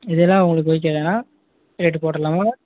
இதே தான் உங்களுக்கு ஓகே தானா ரேட்டு போட்டுருலாமா